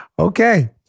Okay